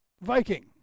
Viking